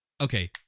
Okay